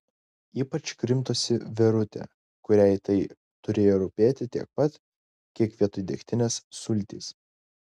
ypač krimtosi verutė kuriai tai turėjo rūpėti tiek pat kiek vietoj degtinės sultys